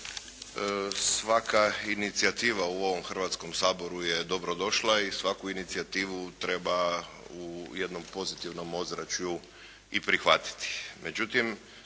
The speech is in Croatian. Svaka inicijativa u ovom Hrvatskom saboru je dobro došla i svaku inicijativu treba u jednom pozitivnom ozračju i prihvatiti.